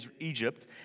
Egypt